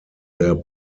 their